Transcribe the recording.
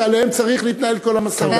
שעליהם צריך להתנהל כל המשא-ומתן?